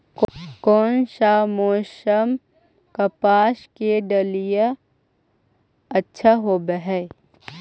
कोन सा मोसम कपास के डालीय अच्छा होबहय?